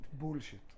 bullshit